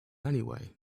anyway